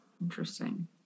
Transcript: Interesting